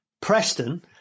Preston